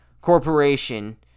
corporation